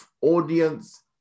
audience